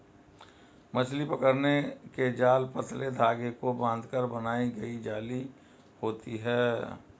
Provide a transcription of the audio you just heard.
मछली पकड़ने के जाल पतले धागे को बांधकर बनाई गई जाली होती हैं